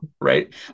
Right